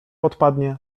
odpadnie